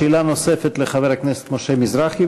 שאלה נוספת לחבר הכנסת משה מזרחי.